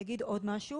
אני אגיד עוד משהו